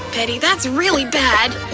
betty, that's really bad.